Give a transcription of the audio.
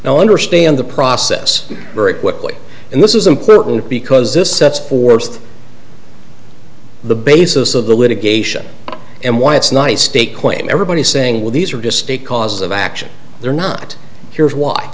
now understand the process very quickly and this is important because this sets forth the basis of the litigation and why it's nice steak point everybody saying well these are just a cause of action they're not here's why